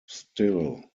still